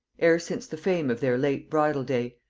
e'er since the fame of their late bridal day.